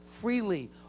freely